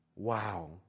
Wow